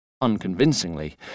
unconvincingly